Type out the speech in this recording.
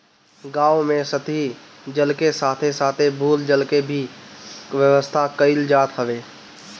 गांव में सतही जल के साथे साथे भू जल के भी व्यवस्था कईल जात हवे